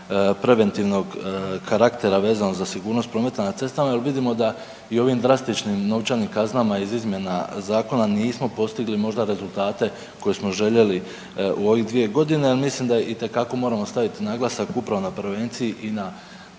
preventivnog karaktera vezano za sigurnost prometa na cestama jer vidim da i ovim drastičnim novčanim kaznama iz izmjena zakona nismo postigli možda rezultate koje smo željeli u ovih 2 g., ali mislim da itekako moramo staviti naglasak upravo na prevenciji i na